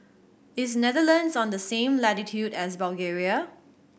is Netherlands on the same latitude as Bulgaria